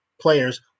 players